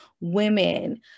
women